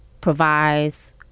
provides